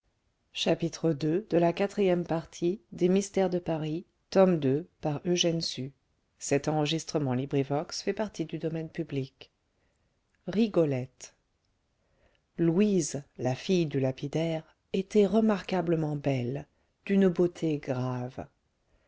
ii rigolette louise la fille du lapidaire était remarquablement belle d'une beauté grave